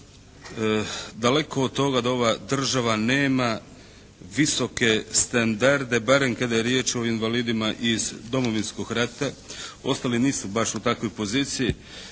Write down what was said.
Daleko od toga da ova država nema visoke standarde barem kada je riječ o invalidima iz Domovinskog rata, ostali nisu baš u takvoj poziciji.